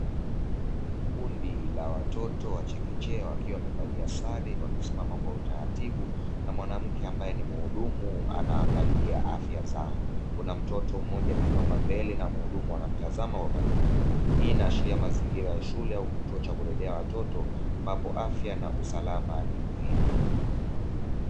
Kundi la watoto wa chekechea wakiwa wamevalia sare wamesimama kwa utaratibu na mwanamke ambae ni muhudumu anaangalia afya zao, kuna mtoto mmoja amesimama mbele na muhudumu anamtazama kwa karibu, hii inaashiria mazingira ya shule au kituo cha kulelea watoto ambapo afya na usalama ni muhimu.